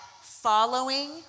following